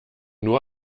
nur